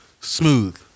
Smooth